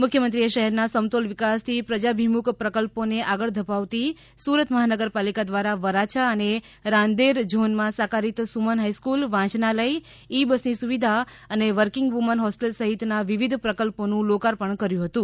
મુખ્યમંત્રીએ શહેરના સમતોલ વિકાસથી પ્રજાભિમુખ પ્રકલ્પોને આગળ ધપાવતી સુરત મહાનગરપાલિકા દ્વારા વરાછા અને રાંદેર ઝોનમાં સાકારિત સુમન હાઈસ્ક્રલ વાંચનાલય ઈ બસની સુવિધા અને વર્કિંગ વુમન હોસ્ટેલ સહિતના વિવિધ પ્રકલ્પોનું લોકોર્પણ કરવામાં આવ્યું હતું